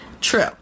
true